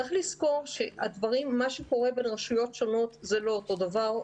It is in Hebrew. צריך לזכור שמה שקורה בין רשויות שונות זה לא אותו דבר.